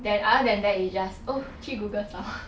then other than that it's just oh 去 Google 找 lor